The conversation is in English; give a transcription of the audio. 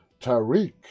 Tariq